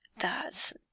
That's